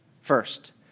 first